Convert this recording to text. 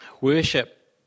Worship